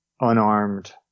unarmed